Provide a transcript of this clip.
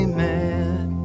mad